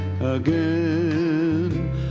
again